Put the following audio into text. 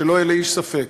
שלא יהיה לאיש ספק,